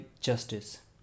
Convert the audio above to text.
justice